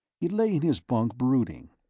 he lay in his bunk brooding,